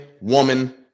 woman